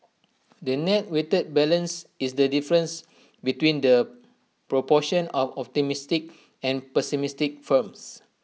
the net weighted balance is the difference between the proportion of optimistic and pessimistic firms